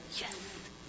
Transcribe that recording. Yes